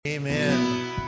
Amen